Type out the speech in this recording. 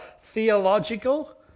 theological